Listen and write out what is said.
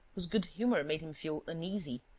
whose good-humour made him feel uneasy,